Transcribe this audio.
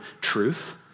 truth